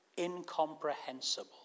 incomprehensible